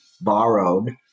borrowed